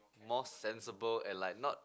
more sensible and like not